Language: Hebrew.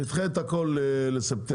נדחה את הכול לספטמבר,